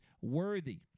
worthy